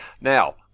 Now